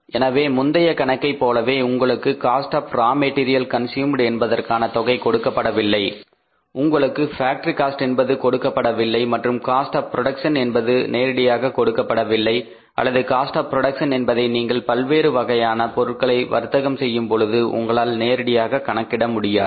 எனவே முந்தைய கணக்கை போலவே உங்களுக்கு cost of raw material consumed என்பதற்கான தொகை கொடுக்கப்படவில்லை உங்களுக்கு ஃபேக்டரி காஸ்ட் என்பது கொடுக்கப்படவில்லை மற்றும் காஸ்ட் ஆப் புரோடக்சன் என்பது நேரடியாக கொடுக்கப்படவில்லை அல்லது காஸ்ட் ஆப் புரோடக்சன் என்பதை நீங்கள் பல்வேறு வகையான பொருட்களை வர்த்தகம் செய்யும் பொழுது உங்களால் நேரடியாக கணக்கிட முடியாது